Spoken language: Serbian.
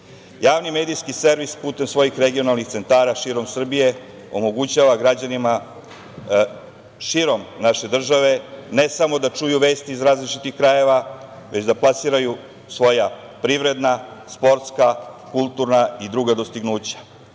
medijski servis putem svojih regionalnih centara širom Srbije omogućava građanima širom naše države, ne samo da čuju vesti iz različitih krajeva, već da plasiraju svoja privredna, sportska, kulturna i druga dostignuća.